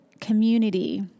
community